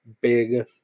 big